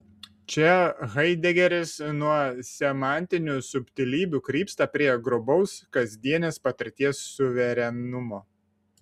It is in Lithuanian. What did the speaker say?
čia haidegeris nuo semantinių subtilybių krypsta prie grubaus kasdienės patirties suverenumo